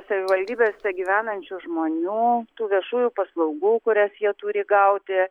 savivaldybėse gyvenančių žmonių tų viešųjų paslaugų kurias jie turi gauti